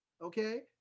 okay